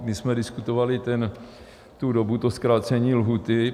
My jsme diskutovali tu dobu, to zkrácení lhůty.